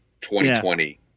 2020